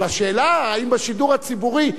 אבל השאלה האם בשידור הציבורי,